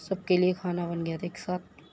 سب کے لیے کھانا بن گیا تھا ایک ساتھ